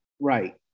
right